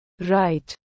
Right